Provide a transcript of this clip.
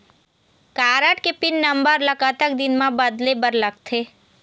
Card के pin number ला कतक दिन म बदले बर लगथे?